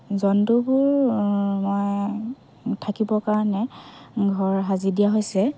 জন্তুবোৰ মই থাকিব কাৰণে ঘৰ সাজি দিয়া হৈছে